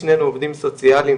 שנינו עובדים סוציאליים,